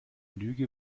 lüge